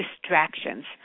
distractions